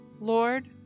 Lord